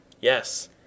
Yes